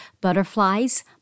butterflies